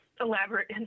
Elaborate